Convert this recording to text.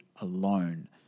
alone